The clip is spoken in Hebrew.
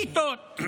פיתות,